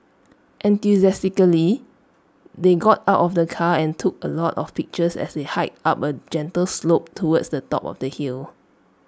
enthusiastically they got out of the car and took A lot of pictures as they hiked up A gentle slope towards the top of the hill